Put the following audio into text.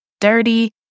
dirty